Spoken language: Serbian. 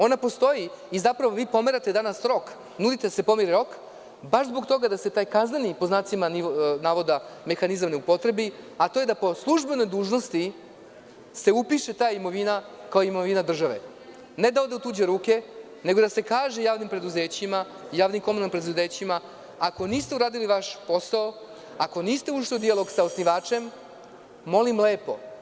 Ona postoji i vi zapravo pomerate danas rok, nudite da se pomeri rok, baš zbog toga da se taj „kazneni mehanizam“ ne upotrebi, a to je da po službenoj dužnosti se upiše ta imovina kao imovina države, ne da ode u tuđe ruke, nego da se kaže javnim preduzećima i javnim komunalnim preduzećima – ako niste uradili vaš posao, ako niste ušli u dijalog sa osnivačem, molim lepo.